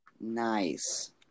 Nice